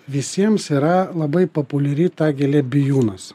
visiems yra labai populiari ta gėlė bijūnas